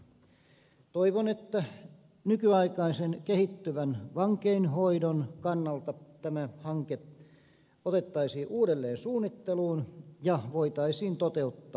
toivon että nykyaikaisen kehittyvän vankeinhoidon kannalta tämä hanke otettaisiin uudelleen suunnitteluun ja voitaisiin toteuttaa